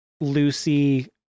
Lucy